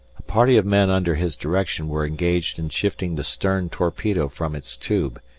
a party of men under his direction were engaged in shifting the stern torpedo from its tube,